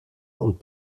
und